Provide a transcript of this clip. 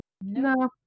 No